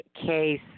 case